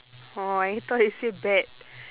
oh I thought you say bad